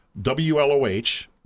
WLOH